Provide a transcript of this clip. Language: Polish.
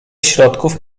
środków